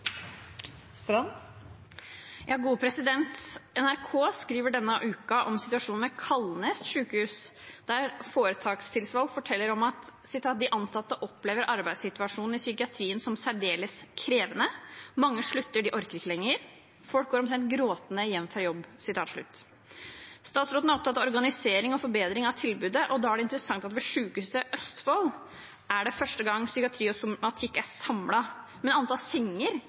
NRK skriver denne uken om situasjonen ved Kalnes sykehus. Foretakstillitsvalgt der forteller: «De ansatte opplever arbeidssituasjonen i psykiatrien som særdeles krevende. Mange slutter, de orker ikke lenger. Folk går omtrent gråtende hjem fra jobb.» Statsråden er opptatt av organisering og forbedring av tilbudet. Da er det interessant at ved Sykehuset Østfold er for første gang psykiatri og somatikk samlet, men antall senger